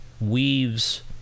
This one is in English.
weaves